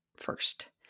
first